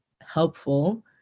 helpful